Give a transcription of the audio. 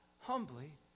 humbly